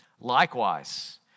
Likewise